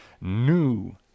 new